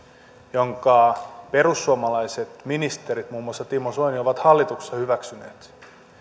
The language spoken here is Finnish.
jonka perussuomalaiset ministerit muun muassa timo soini ovat hallituksessa hyväksyneet